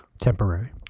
Temporary